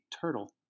turtle